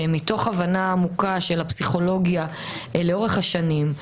מתוך הבנה עמוקה של הפסיכולוגיה לאורך השנים,